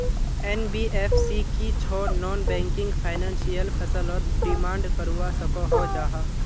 NBFC की छौ non banking financial फसलोत डिमांड करवा सकोहो जाहा?